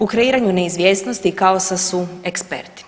U kreiranu neizvjesnosti i kaosa su eksperti.